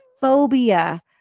phobia